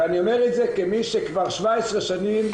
ואני אומר את זה כמי שכבר 17 שנים,